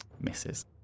Misses